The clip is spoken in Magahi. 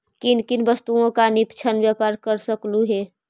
किन किन वस्तुओं का निष्पक्ष व्यापार कर सकलू हे